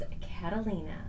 Catalina